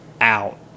out